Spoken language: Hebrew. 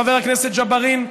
חבר הכנסת ג'בארין?